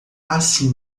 assim